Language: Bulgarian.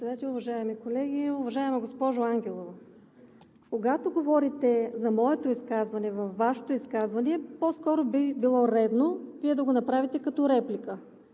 Председател, уважаеми колеги! Уважаема госпожо Ангелова, когато говорите за моето изказване във Вашето изказване, по-скоро би било редно Вие да го направите като реплика.